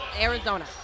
Arizona